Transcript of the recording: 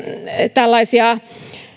tällaisia